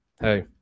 hey